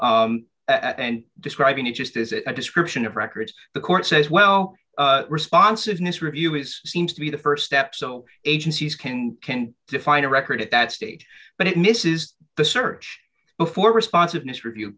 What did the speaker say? add and describing to just visit a description of records the court says well responsiveness review is seems to be the st step so agencies can can define a record at that stage but it misses the search before responsiveness review